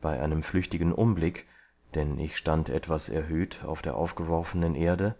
bei einem flüchtigen umblick denn ich stand etwas erhöht auf der aufgeworfenen erde